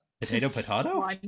Potato-potato